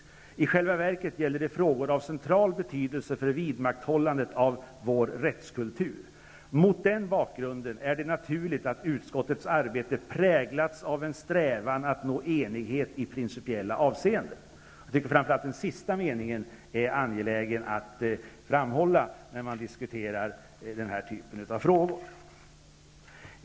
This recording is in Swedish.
I själva verket gäller det frågor av central betydelse för vidmakthållandet av vår rättskultur. Mot denna bakgrund är det naturligt att utskottets arbete präglats av en strävan att nå enighet i principiella avseenden.'' Jag tycker att framför allt den sista meningen är angelägen att framhålla när man diskuterar denna typ av frågor.